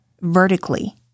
vertically